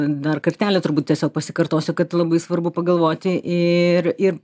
dar kartelį turbūt tiesiog pasikartosiu kad labai svarbu pagalvoti ir ir